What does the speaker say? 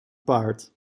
paard